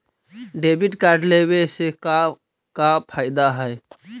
Debit card लेवे से का का फायदा है?